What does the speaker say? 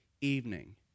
evening